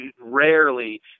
rarely